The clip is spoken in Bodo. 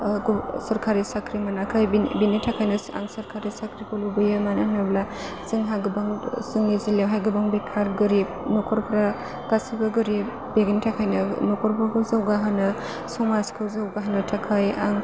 ओ सोरखारि साख्रि मोनाखै बिनि थाखायनो आं सोरखारि साख्रिखौ लुबैयो मानो होनोब्ला जोंहा गोबां जोंनि जिल्लायावहाय गोबां बेखार गोरिब न'खरफ्रा गासिबो गोरिब बेनि थाखायनो न'खरफोरखौ जौगा होनो समाजखौ जौगाहोनो थाखाय आं